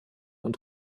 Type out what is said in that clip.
und